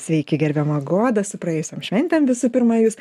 sveiki gerbiama goda su praėjusiom šventėm visų pirma jus